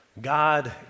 God